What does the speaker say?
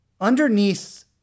underneath